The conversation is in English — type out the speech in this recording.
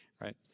right